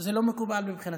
זה לא מקובל מבחינתי.